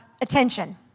attention